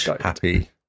happy